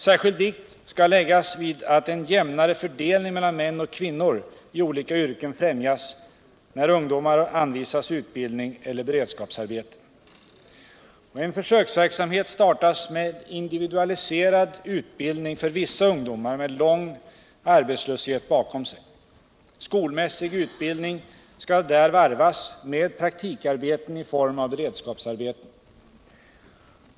Särskild vikt skall läggas vid att en jämnare fördelning mellan män och kvinnor I olika yrken främjas när ungdomar anvisas utbildning eller bercdskapsarbete. En försöksverksamhet startas med individualiserad utbildning för vissa ungdomar med lång arbetslöshet bakom sig. Skolmässig utbildning skall där varvas med praktikarbeten i form av beredskapsarbeten.